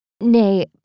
Nay